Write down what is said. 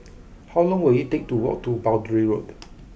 how long will it take to walk to Boundary Road